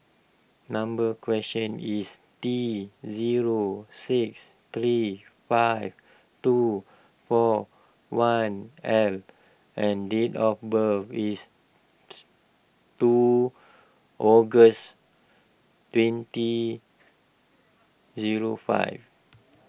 number is T zero six three five two four one L and date of birth is two August twenty zero five